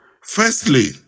Firstly